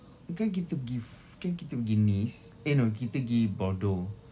kan kita pergi f~ kan kita pergi nice eh no kita gi bordeaux